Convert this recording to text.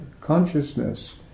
consciousness